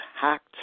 hacked